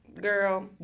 girl